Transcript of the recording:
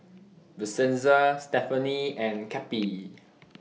Vincenza Stefanie and Cappie